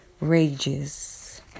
rages